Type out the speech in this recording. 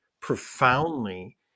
profoundly